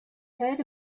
heard